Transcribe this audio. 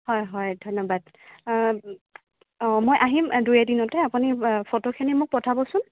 হয় হয় ধন্যবাদ মই আহিম দুই এদিনতে আপুনি ফটোখিনি মোক পঠাবচোন